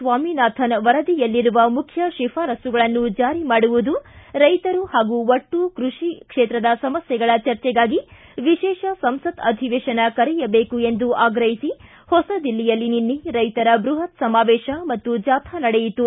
ಸ್ವಾಮಿನಾಥನ್ ವರದಿಯಲ್ಲಿರುವ ಮುಖ್ಯ ಶಿಫಾರಸ್ಸುಗಳನ್ನು ಜಾರಿ ಮಾಡುವುದು ರೈತರು ಹಾಗೂ ಒಟ್ಟು ಕೃಷಿ ಕ್ಷೇತ್ರದ ಸಮಸ್ಥೆಗಳ ಚರ್ಚೆಗಾಗಿ ವಿಶೇಷ ಸಂಸತ ಅಧೀವೇಶನ ಕರೆಯಬೇಕು ಎಂದು ಆಗ್ರಹಿಸಿ ಹೊಸದಿಲ್ಲಿಯಲ್ಲಿ ನಿನ್ನೆ ರೈತರ ಬೃಹತ್ ಸಮಾವೇಶ ಮತ್ತು ಜಾಥಾ ನಡೆಯಿತು